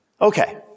Okay